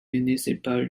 municipal